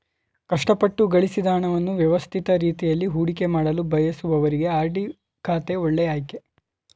ಕಷ್ಟಪಟ್ಟು ಗಳಿಸಿದ ಹಣವನ್ನು ವ್ಯವಸ್ಥಿತ ರೀತಿಯಲ್ಲಿ ಹೂಡಿಕೆಮಾಡಲು ಬಯಸುವವರಿಗೆ ಆರ್.ಡಿ ಖಾತೆ ಒಳ್ಳೆ ಆಯ್ಕೆ